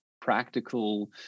practical